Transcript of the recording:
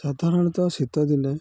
ସାଧାରଣତଃ ଶୀତଦିନେ